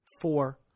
Four